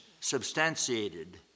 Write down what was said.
substantiated